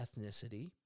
ethnicity